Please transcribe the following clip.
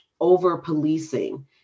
over-policing